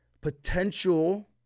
potential